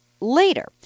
later